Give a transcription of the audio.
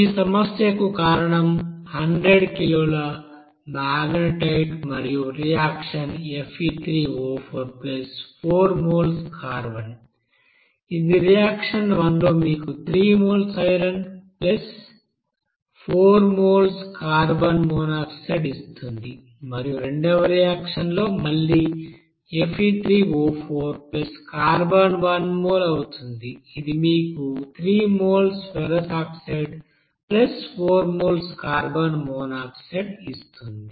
ఈ సమస్యకు కారణం 100 కిలోల మాగ్నెటైట్ మరియు రియాక్షన్ Fe3O44 మోల్స్ కార్బన్ ఇది రియాక్షన్ 1 లో మీకు 3 moles iron 4 mole carbon monoxide ఇస్తుంది మరియు రెండవ రియాక్షన్ లో మళ్ళీ Fe3O4కార్బన్ 1 మోల్ అవుతుంది ఇది మీకు 3 moles ferrous oxide moles carbon monoxide ఇస్తుంది